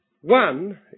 One